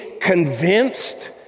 convinced